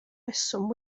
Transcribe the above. reswm